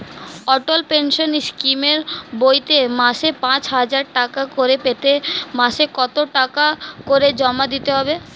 অটল pension স্কিমের বইতে মাসে পাঁচ হাজার টাকা করে পেতে মাসে কত টাকা করে জমা দিতে হবে?